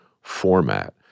format